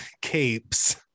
capes